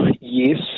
yes